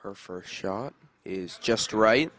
her first shot is just right